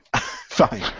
Fine